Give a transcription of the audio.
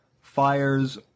fires